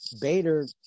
Bader